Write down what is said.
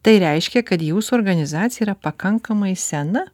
tai reiškia kad jūsų organizacija yra pakankamai sena